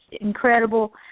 incredible